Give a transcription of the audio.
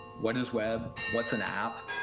what is web? what's an app?